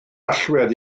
allwedd